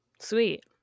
Sweet